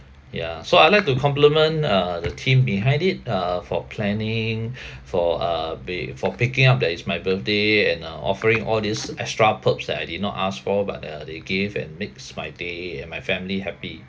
ya so I would like to compliment uh the team behind it uh for planning for uh be~ for picking up that is my birthday and uh offering all this extra perks that I did not ask for but uh they gave and makes my day and my family happy